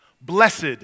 Blessed